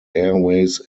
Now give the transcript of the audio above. airways